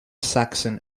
saxon